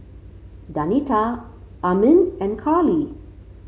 Danita Armin and Carley